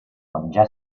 menjar